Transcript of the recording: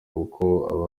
uko